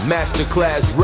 Masterclass